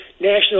national